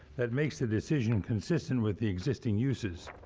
that makes the decision consistent with the existing uses.